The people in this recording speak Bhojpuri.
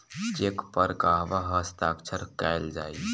चेक पर कहवा हस्ताक्षर कैल जाइ?